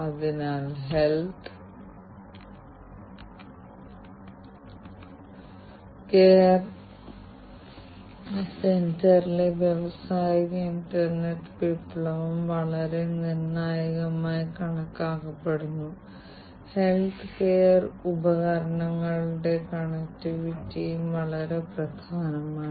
അതിനാൽ പുതിയ സാങ്കേതികവിദ്യ എന്നതിനർത്ഥം ഡാറ്റാ ഇന്റഗ്രേഷൻ മുതലായ IIoT അനുബന്ധ കഴിവുകളുള്ള തൊഴിലാളികളുടെ പരിമിതികൾ ഈ സാങ്കേതികവിദ്യകൾ IIoT യുമായി ബന്ധപ്പെട്ടിരിക്കുന്നതിനാലും ഈ പുതിയ അനുബന്ധ സാങ്കേതികവിദ്യകൾ ഈ സാങ്കേതികവിദ്യകൾ പ്രകൃതിയിൽ പുതിയതാണ്